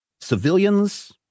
civilians